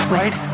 right